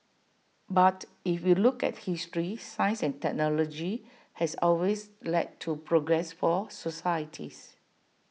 but if you look at history science and technology has always led to progress for societies